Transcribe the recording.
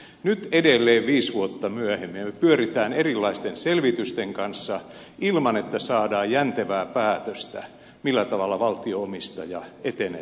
nyt edelleen viisi vuotta myöhemmin me pyörimme erilaisten selvitysten kanssa ilman että saadaan jäntevää päätöstä millä tavalla valtio omistaja etenee tällä alueella